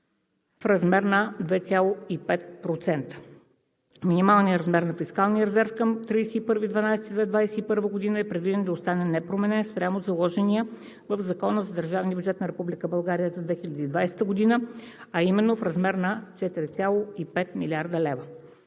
в размер на 2,5%. Минималният размер на фискалния резерв към 31 декември 2021 г. е предвиден да остане непроменен спрямо заложения в Закона за държавния бюджет на Република България за 2020 г. в размер на 4,5 млрд. лв.